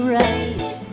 right